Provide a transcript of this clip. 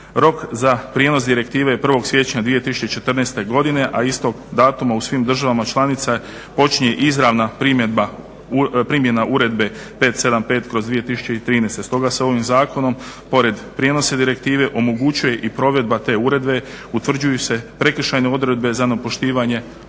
Rok za prijenos Direktive je 1.siječnja 2014.godine a istog datuma u svim državama članica počinje izravna primjena Uredbe 575/2013. Stoga se ovim zakonom pored prijenosa Direktive omogućuje i provedba te uredbe, utvrđuju se prekršajne odredbe za nepoštivanje ove uredbe.